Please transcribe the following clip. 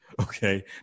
Okay